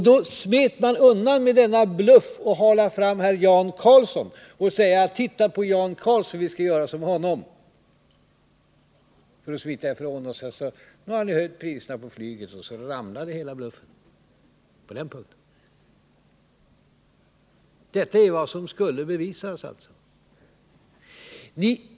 Då smet man undan med denna bluff genom att hala fram herr Jan Carlzon och säga: Titta på Jan Carlzon, vi skall göra som han! Nu har Jan Carlzon höjt priserna på flyget, och så sprack bluffen på den punkten.